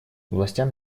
властям